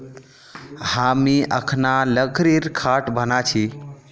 हामी अखना लकड़ीर खाट बना छि